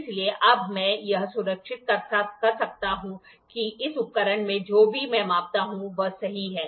इसलिए अब मैं यह सुनिश्चित कर सकता हूं कि इस उपकरण में जो भी मैं मापता हूं वह सही है